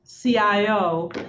CIO